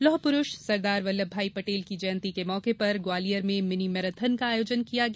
लौह पुरूष सरदार वल्लभभाई पटेल की जंयती के मौके पर ग्वालियर में मिनी मैराथन का आयोजन किया गया